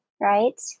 right